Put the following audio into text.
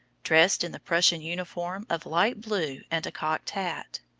dressed in the prussian uniform of light blue and a cocked hat.